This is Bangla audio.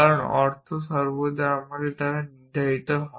কারণ অর্থ সর্বদা আমাদের দ্বারা নির্ধারিত হয়